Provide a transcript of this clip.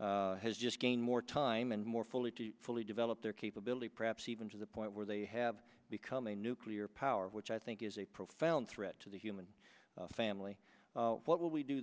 has just gain more time and more fully to fully develop their capability perhaps even to the point where they have become a nuclear power which i think is a profound threat to the human family what will we do the